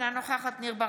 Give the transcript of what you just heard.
אינה נוכחת ניר ברקת,